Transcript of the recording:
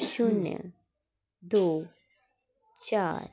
शून्य दो चार